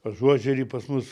ažuožery pas mus